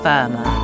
Firma